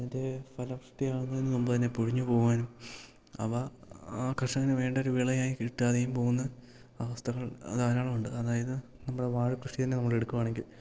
അതിൻ്റെ ഫലഭൂഷ്ടി ആകുന്നതിന് മുൻപ് തന്നെ പൊഴിഞ്ഞു പോവാനും അവ ആ കർഷകന് വേണ്ടൊരു വിളയായി കിട്ടാതെയും പോവുന്ന അവസ്ഥകൾ ധാരാളുണ്ട് അതായത് നമ്മുടെ വാഴക്കൃഷി തന്നെ നമ്മളെടുക്കുവാണെങ്കിൽ